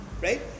Right